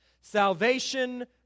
Salvation